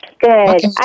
Good